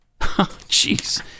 jeez